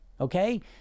okay